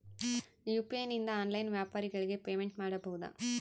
UPI ನಿಂದ online ವ್ಯಾಪಾರಗಳಿಗೆ payment ಮಾಡಬಹುದಾ?